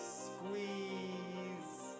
squeeze